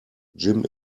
jim